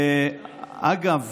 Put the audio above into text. ואגב,